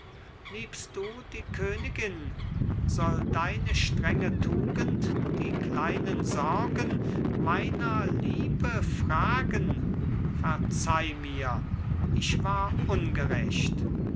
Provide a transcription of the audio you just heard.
liebst du die königin soll deine strenge tugend die kleinen sorgen meiner liebe fragen verzeih mir ich war ungerecht